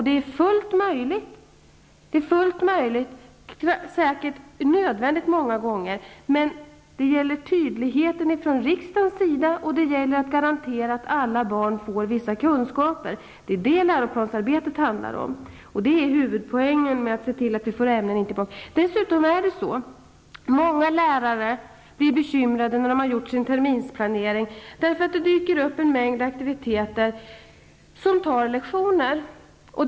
Det är fullt möjligt och ofta säkerligen nödvändigt. Det är fråga om tydligheten från riksdagens sida, och det gäller att garantera att alla barn får vissa kunskaper. Det är detta som läroplansarbetet handlar om. Det är huvudpoängen med att se till att vi får tillbaka ämnena. Många lärare blir bekymrade när de har gjort sin terminsplanering, eftersom det dyker upp en mängd aktiviteter som inkräktar på lektionstimmarna.